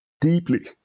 deeply